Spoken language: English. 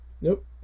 Nope